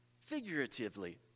Figuratively